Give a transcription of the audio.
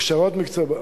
הכשרות מקצועיות,